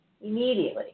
immediately